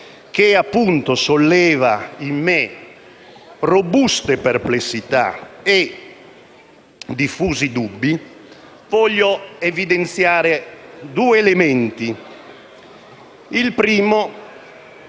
che appunto solleva in me robuste perplessità e diffusi dubbi, voglio evidenziare due elementi: il primo